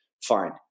Fine